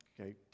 Okay